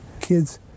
Kids